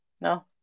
No